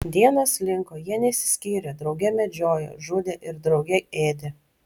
dienos slinko jie nesiskyrė drauge medžiojo žudė ir drauge ėdė